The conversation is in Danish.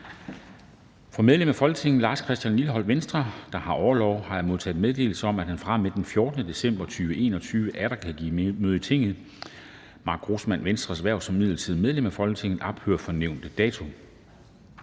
Fra medlem af Folketinget Lars Christian Lilleholt (V), der har orlov, har jeg modtaget meddelelse om, at han fra og med den 14. december 2021 atter kan give møde i Tinget. Mark Grossmanns (V) hverv som midlertidigt medlem af Folketinget ophører fra nævnte dato